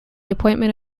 appointment